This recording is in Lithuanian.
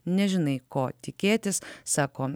nežinai ko tikėtis sako